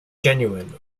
genuine